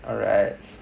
alrights